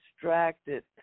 distracted